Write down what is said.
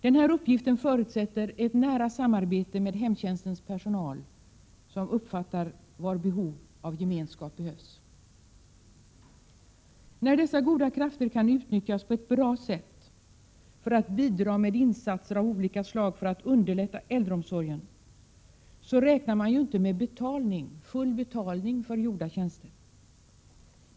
Denna uppgift förutsätter ett nära samarbete med hemtjänstens personal, som uppfattar var behov av gemenskap finns. När dessa goda krafter kan utnyttjas på ett bra sätt till att bidra med insatser av olika slag för att underlätta äldreomsorgen, räknar man inte med full betalning för gjorda tjänster.